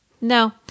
No